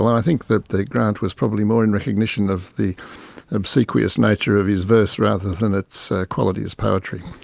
i think that the grant was probably more in recognition of the obsequious nature of his verse rather than its quality as poetry.